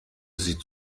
sieht